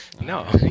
No